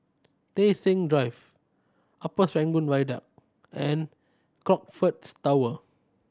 Tei Seng Drive Upper Serangoon Viaduct and Crockfords Tower